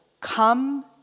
come